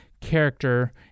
character